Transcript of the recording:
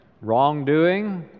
Wrongdoing